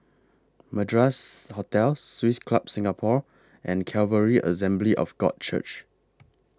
Madras Hotel Swiss Club Singapore and Calvary Assembly of God Church